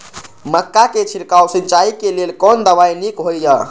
मक्का के छिड़काव सिंचाई के लेल कोन दवाई नीक होय इय?